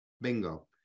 bingo